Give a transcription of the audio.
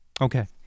Okay